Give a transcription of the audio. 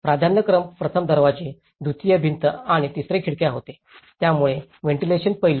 प्राधान्यक्रम प्रथम दरवाजे द्वितीय भिंती आणि तिसरे खिडक्या होते त्यामुळे वेंटिलेशन पैलू